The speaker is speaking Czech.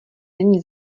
není